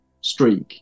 streak